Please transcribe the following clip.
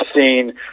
seen